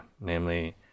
namely